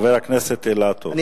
חבר הכנסת אילטוב,